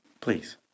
Please